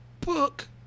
book